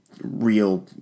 real